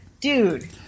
Dude